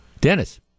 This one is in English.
Dennis